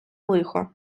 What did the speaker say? лихо